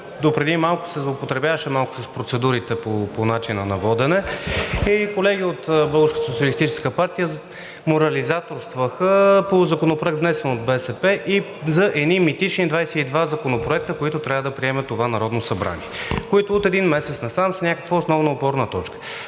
допреди малко се злоупотребяваше малко с процедурите по начина на водене и колеги от Българската социалистическа партия морализаторстваха по законопроект, внесен от БСП, и за едни митични 22 законопроекта, които трябва да приеме това Народно събрание, които от един месец насам са някаква основна опорна точка.